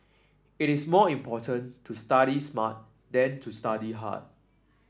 it is more important to study smart than to study hard